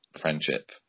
friendship